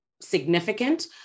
significant